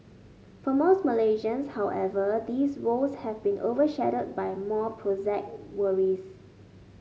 for most Malaysians however these woes have been overshadowed by more prosaic worries